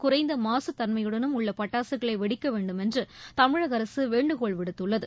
குறைந்த மாசுத்தன்மையுடனும் உள்ள பட்டாசுகளை வெடிக்க வேண்டுமென்று தமிழக அரசு வேண்டுகோள் விடுத்துள்ளது